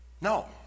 No